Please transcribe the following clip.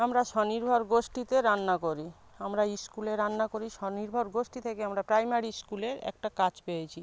আমরা স্বনির্ভর গোষ্ঠীতে রান্না করি আমরা স্কুলে রান্না করি স্বনির্ভর গোষ্ঠী থেকে আমরা প্রাইমারি স্কুলের একটা কাজ পেয়েছি